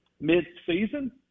mid-season